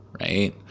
right